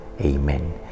Amen